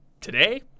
today